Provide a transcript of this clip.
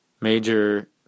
major